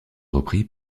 repris